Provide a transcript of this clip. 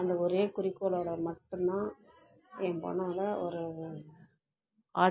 அந்த ஒரே குறிக்கோளோட மட்டும் தான் என் பொண்ணுவோள ஒரு ஆ